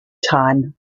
time